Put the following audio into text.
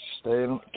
Stay